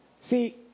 See